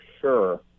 sure